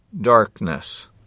darkness